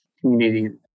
community